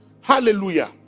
Hallelujah